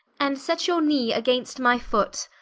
and set your knee against my foot,